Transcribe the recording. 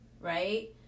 right